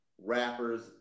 rappers